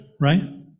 right